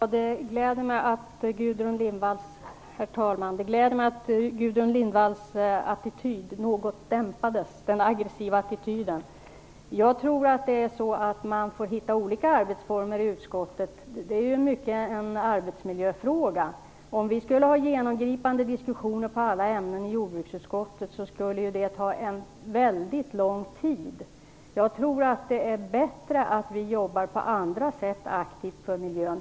Herr talman! Det gläder mig att Gudrun Lindvalls aggressiva attityd något dämpades. Jag tror att man får hitta olika arbetsformer i utskottet. Detta är i mångt och mycket en arbetsmiljöfråga. Om vi i jordbruksutskottet hade genomgripande diskussioner i alla ämnen skulle det ta väldigt lång tid. Jag tror därför att det är bättre att vi på andra sätt aktivt jobbar för miljön.